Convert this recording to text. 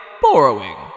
borrowing